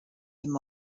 him